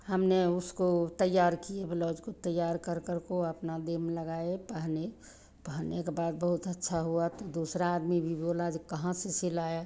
हमने उसको तैयार किए ब्लाउज़ को तैयार कर करको अपने देह में लगाए पहने पहनने के बाद बहुत अच्छा हुआ तो दूसरा आदमी भी बोला जो कहाँ से सिलाए